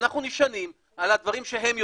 אנחנו נשענים על הדברים שהם יודעים,